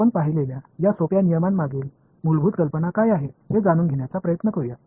आपण पाहिलेल्या या सोप्या नियमांमागील मूलभूत कल्पना काय आहे हे जाणून घेण्याचा प्रयत्न करूया